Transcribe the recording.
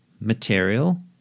Material